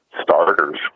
starters